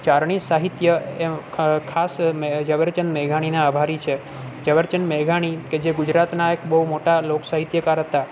ચારણી સાહિત્ય એ ખાસ મેં ઝવેરચંદ મેઘાણીના આભારી છે ઝવેરચંદ મેઘાણી કે જે ગુજરાતના એક બહુ મોટા લોકસાહિત્યકાર હતા